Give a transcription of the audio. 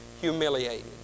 humiliated